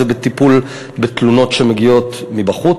טיפול בתלונות שמגיעות מבחוץ,